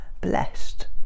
blessed